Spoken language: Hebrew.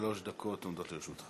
שלוש דקות עומדות לרשותך.